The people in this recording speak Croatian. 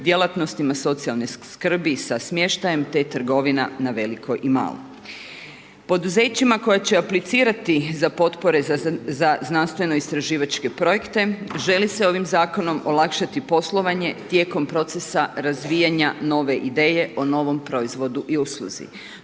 djelatnostima socijalne skrbi sa smještajem, te trgovina na veliko i malo. Poduzećima koje će aplicirati za potpore za znanstveno istraživačke projekte, želi se ovim zakonom olakšati poslovanje tijekom procesa razvijanja nove ideje o novom proizvodu i usluzi.